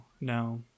no